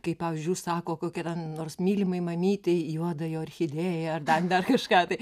kai pavyzdžiui užsako kokiai ten nors mylimai mamytei juodąją orchidėją ar dar dar kažką tai